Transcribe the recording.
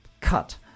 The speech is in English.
cut